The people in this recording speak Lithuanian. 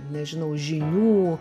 nežinau žinių